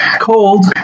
cold